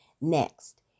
Next